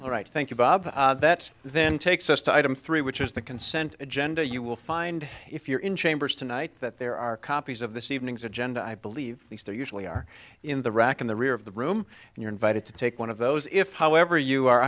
right thank you bob that then takes us to item three which is the consent agenda you will find if you're in chambers tonight that there are copies of this evening's agenda i believe these two usually are in the rack in the rear of the room and you're invited to take one of those if however you are